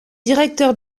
directeur